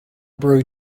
brew